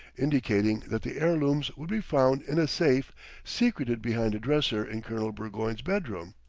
indicating that the heirlooms would be found in a safe secreted behind a dresser in colonel burgoyne's bedroom.